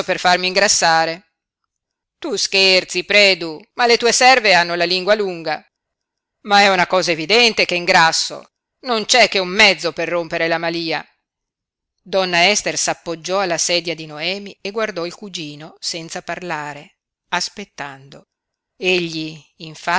per farmi ingrassare tu scherzi predu ma le tue serve hanno la lingua lunga ma è una cosa evidente che ingrasso non c'è che un mezzo per rompere la malía donna ester s'appoggiò alla sedia di noemi e guardò il cugino senza parlare aspettando egli